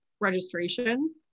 registration